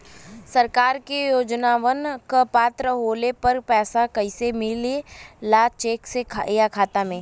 सरकार के योजनावन क पात्र होले पर पैसा कइसे मिले ला चेक से या खाता मे?